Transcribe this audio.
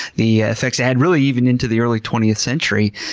the effects it had really even into the early twentieth century.